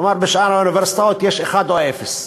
כלומר, בשאר האוניברסיטאות יש אחד או אפס.